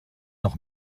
noch